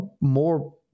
more